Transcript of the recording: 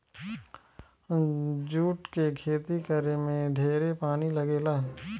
जुट के खेती करे में ढेरे पानी लागेला